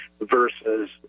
versus